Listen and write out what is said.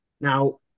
Now